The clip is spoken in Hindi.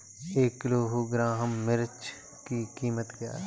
एक किलोग्राम मिर्च की कीमत क्या है?